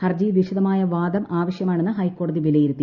ഹർജിയിൽ വിശദമായ വാദം ആവശ്യമാണെന്ന് ഹൈക്കോടതി വിലയിരുത്തി